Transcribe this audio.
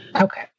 Okay